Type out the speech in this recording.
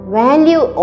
value